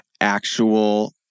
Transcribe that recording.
actual